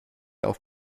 auf